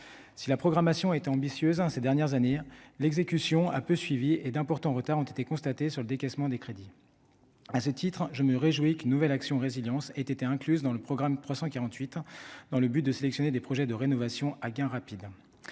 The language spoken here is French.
si la programmation est ambitieux, hein, ces dernières années l'exécution à peu suivi et d'importants retards ont été constatés sur le décaissement des crédits, à ce titre, je me réjouis qu'une nouvelle action résilience étaient incluses dans le programme 348 ans, dans le but de sélectionner des projets de rénovation à gain rapide,